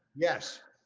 yes,